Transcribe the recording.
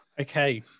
Okay